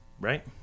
Right